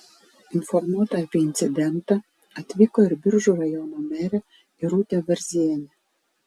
informuota apie incidentą atvyko ir biržų rajono merė irutė varzienė